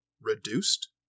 reduced